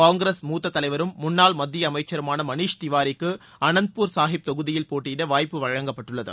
காங்கிரஸ் மூத்த தலைவரும் முன்னாள் மத்திய அமைச்சருமான மணீஷ் திவாரிக்கு அனந்த்பூர் சாகிப் தொகுதியில் போட்டியிட வாய்ப்பு வழங்கப்பட்டுள்ளது